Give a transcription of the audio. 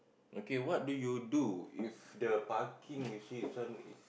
okay what do you do if the parking you see this one is